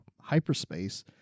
hyperspace